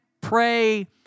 pray